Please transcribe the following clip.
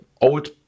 old